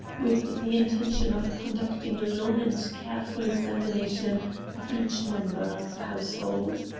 with the intention of conducting a long and careful examination of each member of the household.